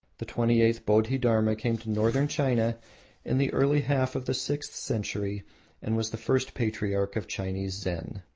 the twenty-eighth. bodhi-dharma came to northern china in the early half of the sixth century and was the first patriarch of chinese zen.